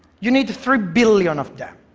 you need three billion of them.